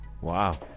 Wow